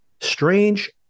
strange